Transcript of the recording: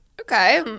okay